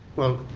well,